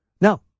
No